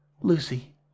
Lucy